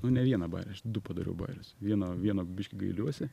nu ne vieną bajerį aš du padariau bajerius vieno vieno biškį gailiuosi